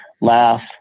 laugh